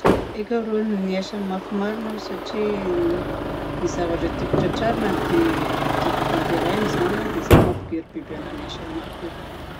Aika rô niasa mafy marina aho satria nisy zavatra tiako tratrarina dia tiako tanterahina zany. Dia izay no mampikiry biby anahy miasa mafy io.